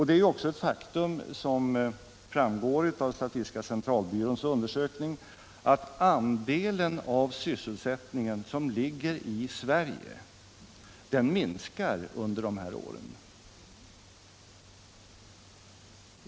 Det är också ett faktum som framgår av statistiska centralbyråns undersökning att den del av sysselsättningen som ligger i Sverige minskat under de här åren.